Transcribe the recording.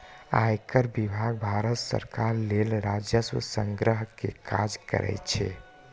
आयकर विभाग भारत सरकार लेल राजस्व संग्रह के काज करै छै